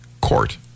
court